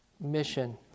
mission